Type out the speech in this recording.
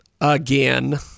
again